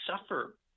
suffer